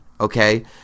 okay